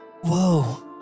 Whoa